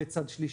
זה צד שלישי,